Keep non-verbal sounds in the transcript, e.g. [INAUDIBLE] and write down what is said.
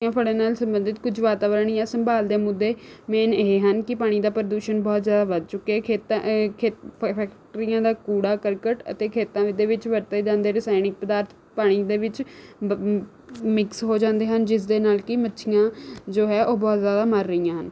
[UNINTELLIGIBLE] ਫੜਨ ਨਾਲ ਸੰਬੰਧਿਤ ਕੁਝ ਵਾਤਾਵਰਨ ਜਾਂ ਸੰਭਾਲ ਦੇ ਮੁੱਦੇ ਮੇਨ ਇਹ ਹਨ ਕਿ ਪਾਣੀ ਦਾ ਪ੍ਰਦੂਸ਼ਣ ਬਹੁਤ ਜ਼ਿਆਦਾ ਵੱਧ ਚੁੱਕਿਆ ਖੇਤਾਂ ਖੇਤ ਫ ਫੈਕਟਰੀਆਂ ਦਾ ਕੂੜਾ ਕਰਕਟ ਅਤੇ ਖੇਤਾਂ ਦੇ ਵਿੱਚ ਵਰਤੇ ਜਾਂਦੇ ਰਸਾਇਣਿਕ ਪਦਾਰਥ ਪਾਣੀ ਦੇ ਵਿੱਚ [UNINTELLIGIBLE] ਮਿਕਸ ਹੋ ਜਾਂਦੇ ਹਨ ਜਿਸ ਦੇ ਨਾਲ ਕਿ ਮੱਛੀਆਂ ਜੋ ਹੈ ਉਹ ਬਹੁਤ ਜ਼ਿਆਦਾ ਮਰ ਰਹੀਆਂ ਹਨ